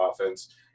offense